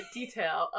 detail